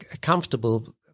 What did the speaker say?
comfortable